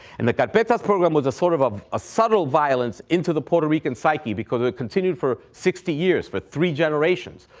and the carpetas program was a sort of of a subtle violence into the puerto rican psyche because it continued for sixty years, for three generations,